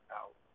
out